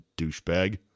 douchebag